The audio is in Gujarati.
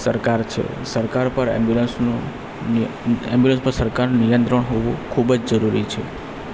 સરકાર છે સરકાર પર ઍમ્બ્યુલન્સનું ઍમ્બ્યુલન્સ પર સરકારનું નિયંત્રણ હોવું ખૂબ જ જરૂરી છે